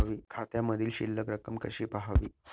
खात्यामधील शिल्लक रक्कम कशी पहावी?